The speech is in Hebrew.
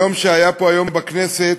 היום שהיה פה בכנסת